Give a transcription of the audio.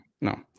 No